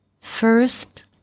first